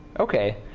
ok,